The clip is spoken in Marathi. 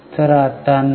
तर आता 9